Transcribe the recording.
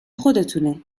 خودتونه